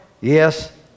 yes